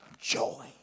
joy